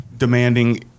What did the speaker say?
Demanding